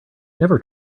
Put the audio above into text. never